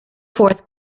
fourth